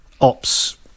ops